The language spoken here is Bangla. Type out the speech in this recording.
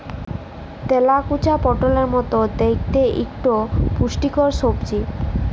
তেলাকুচা পটলের মত দ্যাইখতে ইকট পুষ্টিকর সবজি